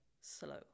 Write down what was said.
slow